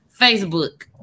Facebook